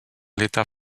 l’état